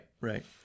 right